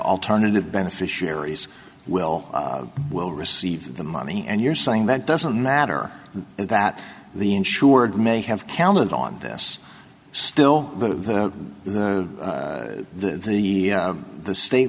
alternative beneficiaries will will receive the money and you're saying that doesn't matter that the insured may have counted on this still the the the the state